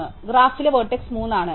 അതിനാൽ ഗ്രാഫിലെ വേർട്സ് 3 ആണ്